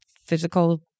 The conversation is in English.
Physical